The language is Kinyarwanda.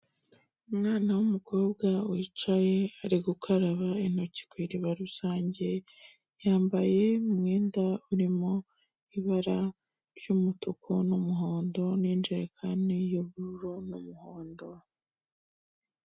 Umwana w'umukobwa wicaye, ari gukaraba intoki ku iriba rusange, yambaye umwenda urimo ibara ry'umutuku n'umuhondo n'injerekani y'ubururu n'umuhondo.